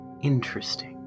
Interesting